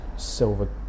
silver